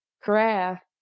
craft